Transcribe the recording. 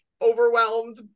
overwhelmed